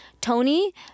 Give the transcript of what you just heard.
Tony